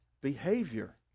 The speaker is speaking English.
behavior